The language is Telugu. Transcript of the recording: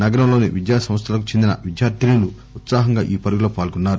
నగరంలోని విద్యాసంస్థలకు చెందిన విద్యార్థినులు ఉత్సాహంగా ఈ పరుగులో పాల్గొన్నారు